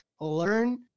learn